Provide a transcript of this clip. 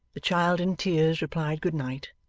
the child in tears replied good night,